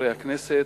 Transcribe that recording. וחברי הכנסת,